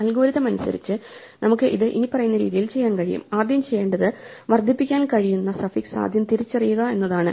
algorithm അനുസരിച്ച് നമുക്ക് ഇത് ഇനിപ്പറയുന്ന രീതിയിൽ ചെയ്യാൻ കഴിയും ആദ്യം ചെയ്യേണ്ടത് വർദ്ധിപ്പിക്കാൻ കഴിയുന്ന സഫിക്സ് ആദ്യം തിരിച്ചറിയുക എന്നതാണ്